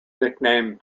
nicknamed